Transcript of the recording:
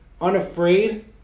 unafraid